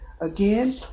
Again